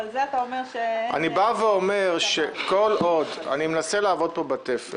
אבל אתה אומר -- אני מנסה לעבוד פה בתפר.